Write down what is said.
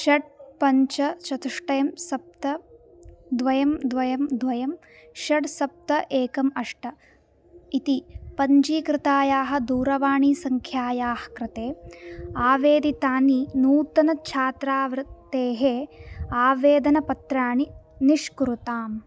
षट् पञ्च चतुष्टयं सप्त द्वे द्वे द्वे षट् सप्त एकम् अष्ट इति पञ्जीकृतायाः दूरवाणीसङ्ख्यायाः कृते आवेदितानि नूतनछात्रवृत्तेः आवेदनपत्राणि निष्कुरुताम्